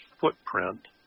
footprint